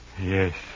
Yes